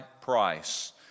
price